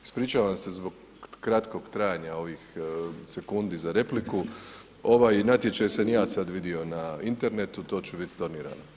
Ispričavam se zbog kratkog trajanja ovih sekundi za repliku, ovaj natječaj sam i ja sad vidio na internetu, to će biti stornirano.